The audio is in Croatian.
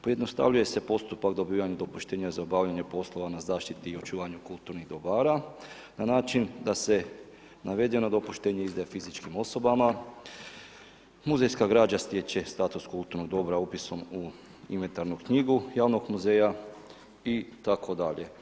Pojednostavljuje se postupak dobivanja dopuštenja za obavljanje poslova na zaštiti i očuvanju kulturnih dobara na način da se navedeno dopuštenje izdaje fizičkim osobama, muzejska građa stječe status kulturnog dobra upisom u inventarnu knjigu javnog muzeja itd.